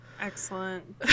Excellent